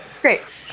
Great